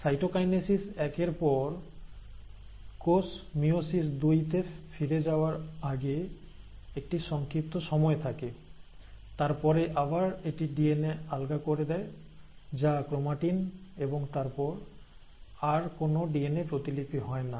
cytokinesis একের পর কোষ মিয়োসিস দুই তে ফিরে যাওয়ার আগে একটি সংক্ষিপ্ত সময় থাকে তারপরে আবার এটি ডিএনএ আলগা করে দেয় যা ক্রোমাটিন এবং তারপর আর কোন ডিএনএর প্রতিলিপি হয়না